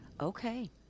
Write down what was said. okay